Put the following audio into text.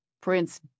Prince